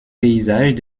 paysages